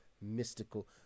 mystical